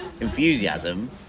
enthusiasm